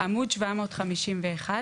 יגאל גוטשל אגף תקציבים ממשרד האוצר.